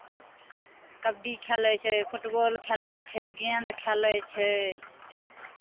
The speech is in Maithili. कबड्डी खेलै छै फुटबॉल खेलै छै गेन्द खेलै छै